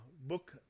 book